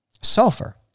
sulfur